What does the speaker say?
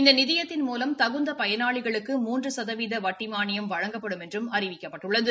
இந்த நிதியத்தின் மூலம் தகுந்த பயனாளிகளுக்கு மூன்று சதவீத வட்டி மானியம் வழங்கப்படும் என்றும் அறிவிக்கப்பட்டுள்ளது